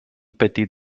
petit